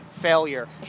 failure